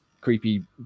creepy